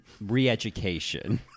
re-education